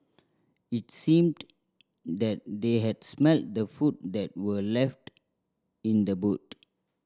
it seemed that they had smelt the food that were left in the boot